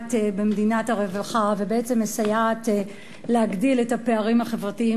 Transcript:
שפוגעת במדינת הרווחה ובעצם מסייעת להגדיל את הפערים החברתיים,